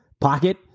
pocket